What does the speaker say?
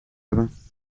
hebben